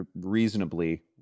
reasonably